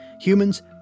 Humans